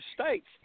states